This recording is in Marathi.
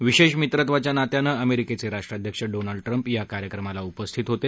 विशेष मित्रत्वाच्या नात्यानं अमेरिकेचे राष्ट्राध्यक्ष डोनाल्ड ट्रम्प या कार्यक्रमाला उपस्थित होते